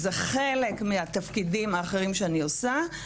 וכחלק מהתפקידים האחרים שאני עושה,